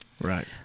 Right